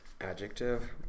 Adjective